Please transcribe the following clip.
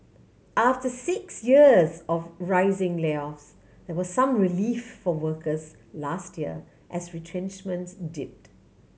after six years of rising layoffs there was some relief for workers last year as retrenchments dipped